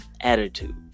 attitude